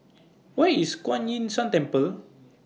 Where IS Kuan Yin San Temple